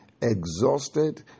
exhausted